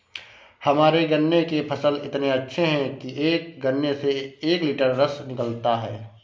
हमारे गन्ने के फसल इतने अच्छे हैं कि एक गन्ने से एक लिटर रस निकालता है